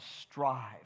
strive